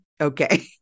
Okay